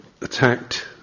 attacked